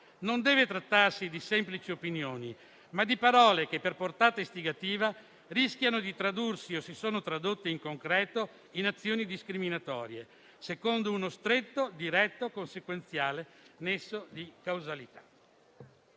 Non deve trattarsi di semplici opinioni, ma di parole che, per portata istigativa, rischiano di tradursi o si sono tradotte in concreto in azioni discriminatorie, secondo uno stretto, diretto e consequenziale nesso di causalità.